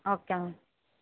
okay ma'am